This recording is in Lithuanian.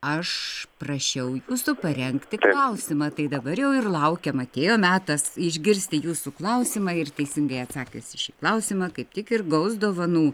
aš prašiau jūsų parengti klausimą tai dabar jau ir laukiam atėjo metas išgirsti jūsų klausimą ir teisingai atsakęs į šį klausimą kaip tik ir gaus dovanų